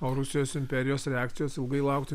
o rusijos imperijos reakcijos ilgai laukti